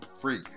Free